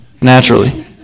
naturally